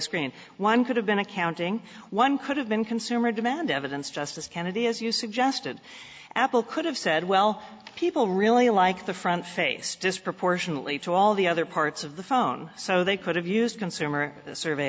screen one could have been accounting one could have been consumer demand evidence justice kennedy as you suggested apple could have said well people really like the front face disproportionately to all the other parts of the phone so they could have used consumer survey